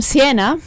Siena